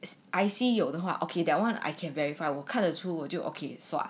its I_C 有的话 okay that [one] I can verify 我看得出我就 okay 算